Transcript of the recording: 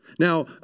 Now